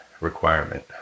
requirement